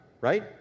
right